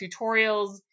tutorials